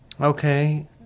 Okay